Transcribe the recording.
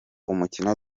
umukino